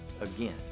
again